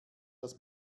dass